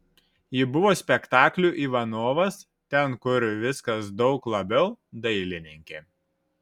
ji buvo spektaklių ivanovas ten kur viskas daug labiau dailininkė